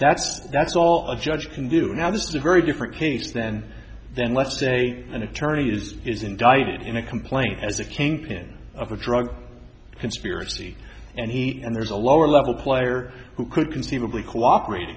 that's that's all of judge can do now this is a very different case then then let's say an attorney is has indicted in a complaint as a kingpin of a drug conspiracy and he and there's a lower level player who could conceivably cooperat